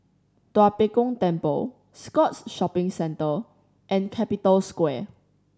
Tua Pek Kong Temple Scotts Shopping Centre and Capital Square